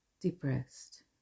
Depressed